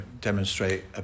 demonstrate